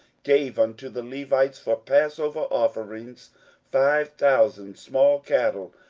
gave unto the levites for passover offerings five thousand small cattle,